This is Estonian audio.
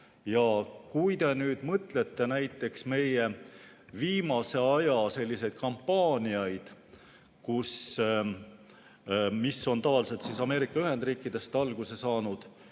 Kui te mõtlete näiteks meie viimase aja sellistele kampaaniatele, mis on tavaliselt Ameerika Ühendriikidest alguse saanud,